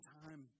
time